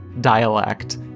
dialect